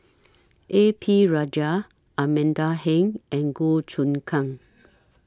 A P Rajah Amanda Heng and Goh Choon Kang